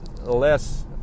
less